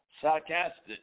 sarcastic